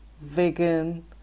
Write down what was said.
vegan